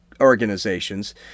organizations